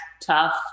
tough